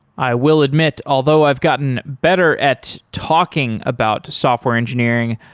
i will admit, although i've gotten better at talking about software engineering,